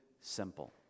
simple